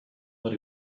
that